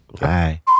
Bye